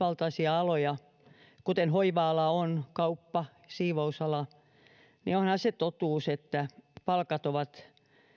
ajatellaan naisvaltaisia aloja kuten hoiva ala on kauppa siivousala niin onhan se totuus että palkat ovat